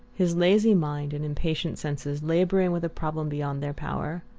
his lazy mind and impatient senses labouring with a problem beyond their power.